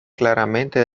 claramente